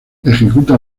ejecuta